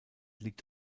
liegt